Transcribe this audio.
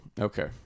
okay